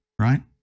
right